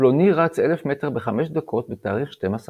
"פלוני רץ 1,000 מטר ב-5 דקות בתאריך 12 בינואר".